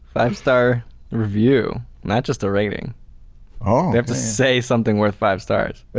five star review not just a rating ah they have to say something worth five stars.